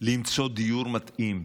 למצוא דיור מתאים.